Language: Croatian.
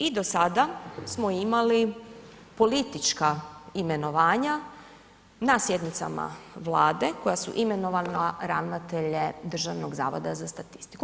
I do sada smo imali politička imenovanja na sjednicama Vlade koja su imenovala ravnatelje Državnog zavoda za statistiku.